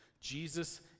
Jesus